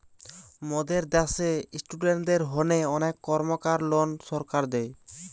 মোদের দ্যাশে ইস্টুডেন্টদের হোনে অনেক কর্মকার লোন সরকার দেয়